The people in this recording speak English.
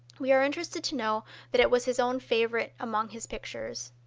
we are interested to know that it was his own favorite among his pictures.